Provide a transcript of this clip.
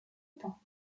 autant